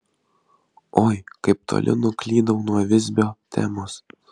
oi kaip toli nuklydau nuo visbio temos